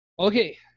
Okay